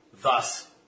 thus